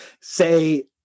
say